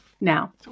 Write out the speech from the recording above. now